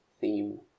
theme